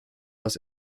aus